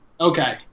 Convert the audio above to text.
Okay